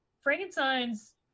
Frankenstein's